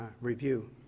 review